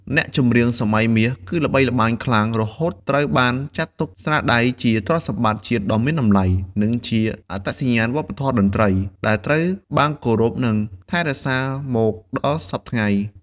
អ្នកចម្រៀងសម័យមាសគឺល្បីល្បាញខ្លាំងរហូតត្រូវបានចាត់ទុកស្នាដៃជា ទ្រព្យសម្បត្តិជាតិដ៏មានតម្លៃ និងជា អត្តសញ្ញាណវប្បធម៌តន្ត្រីខ្មែរ ដែលត្រូវបានគោរព និងថែរក្សាមកដល់សព្វថ្ងៃ។